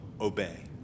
obey